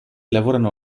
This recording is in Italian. lavorano